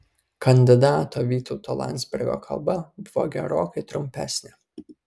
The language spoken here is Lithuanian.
kandidato vytauto landsbergio kalba buvo gerokai trumpesnė